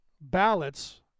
ballots